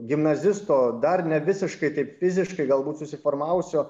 gimnazisto dar nevisiškai taip fiziškai galbūt susiformavusio